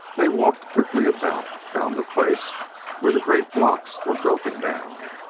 they walked quickly about found a place where the great blocks were broken down,